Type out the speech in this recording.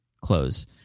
close